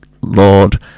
Lord